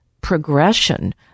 progression